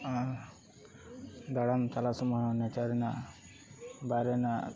ᱟᱨ ᱫᱟᱬᱟᱱ ᱪᱟᱞᱟᱜ ᱥᱳᱢᱚᱭ ᱱᱮᱪᱟᱨ ᱨᱮᱱᱟᱜ ᱵᱟᱭᱨᱮ ᱨᱮᱱᱟᱜ